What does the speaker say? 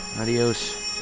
Adios